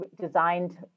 designed